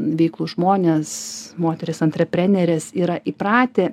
veiklūs žmonės moterys antreprenerės yra įpratę